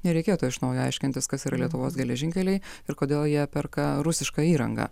nereikėtų iš naujo aiškintis kas yra lietuvos geležinkeliai ir kodėl jie perka rusišką įrangą